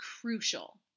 crucial